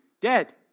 dead